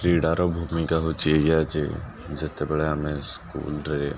କ୍ରୀଡ଼ାର ଭୂମିକା ହେଉଛି ଏଇଆ ଯେ ଯେତେବେଳେ ଆମେ ସ୍କୁଲରେ